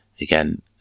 again